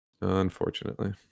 Unfortunately